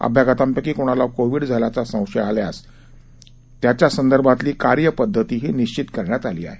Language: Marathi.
अभ्यागतांपैकी कोणाला कोविड झाल्याचा संशय आल्यास त्या संदर्भातली कार्यपद्धतीही निश्चित करण्यात आली आहे